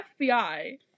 FBI